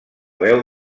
veu